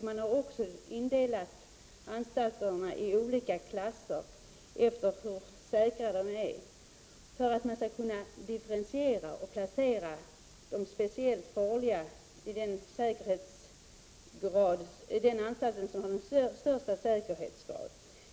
Man har också indelat anstalterna i olika klasser efter hur säkra de är för att man skall kunna differentiera och placera de speciellt farliga i de anstalter som har den största säkerheten.